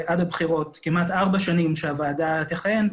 עד הבחירות כמעט ארבע שנים שהוועדה תכהן,